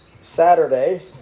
Saturday